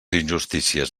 injustícies